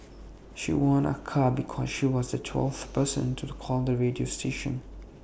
she won A car because she was the twelfth person to call the radio station